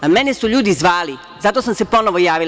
Mene su ljudi zvali, zato sam se ponovo javila.